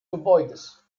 gebäudes